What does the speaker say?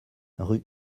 rue